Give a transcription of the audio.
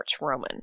Roman